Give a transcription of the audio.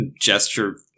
Gesture